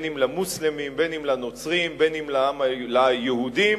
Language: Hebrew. אם למוסלמים, אם לנוצרים, אם ליהודים,